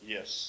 Yes